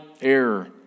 error